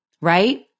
right